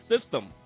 system